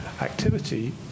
activity